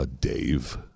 Dave